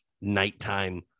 nighttime